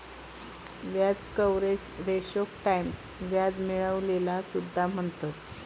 व्याज कव्हरेज रेशोक टाईम्स व्याज मिळविलेला सुद्धा म्हणतत